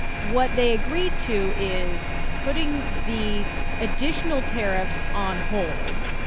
what they agreed to is putting the additional tariffs on hold.